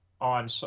on